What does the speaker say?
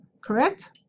correct